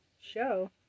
show